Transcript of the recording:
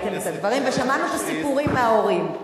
ראיתם את הדברים, ושמענו את הסיפורים מההורים.